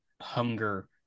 hunger